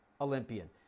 Olympian